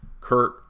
Kurt